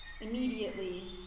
immediately